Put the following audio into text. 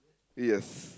yes